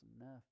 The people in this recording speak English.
enough